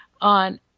on